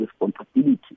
responsibility